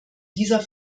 dieser